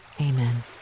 Amen